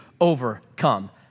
overcome